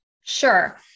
Sure